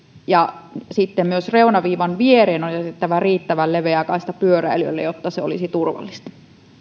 ja myös reunaviivan viereen on jätettävä riittävän leveä kaista pyöräilijöille jotta se olisi turvallista